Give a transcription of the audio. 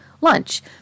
lunch